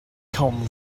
come